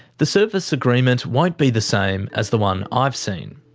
the service agreement won't be the same as the one i've seen.